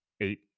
eight